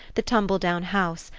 the tumble-down house,